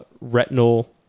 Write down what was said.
retinal